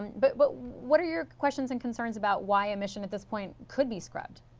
but what what are your questions and concerns about why a mission at this point could be scrubbed?